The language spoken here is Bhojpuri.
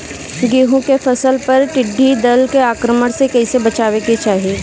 गेहुँ के फसल पर टिड्डी दल के आक्रमण से कईसे बचावे के चाही?